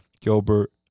Gilbert